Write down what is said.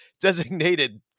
Designated